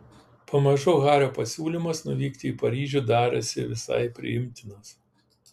pamažu hario pasiūlymas nuvykti į paryžių darėsi visai priimtinas